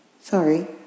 sorry